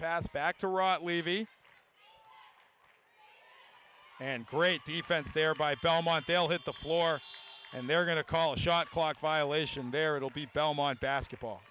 passed back to rot levy and great defense there by belmont they'll hit the floor and they're going to call a shot clock violation there it'll be belmont basketball